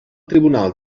tribunal